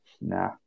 Nah